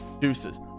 Deuces